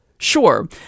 sure